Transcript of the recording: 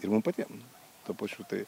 ir mums patiems tuo pačiu tai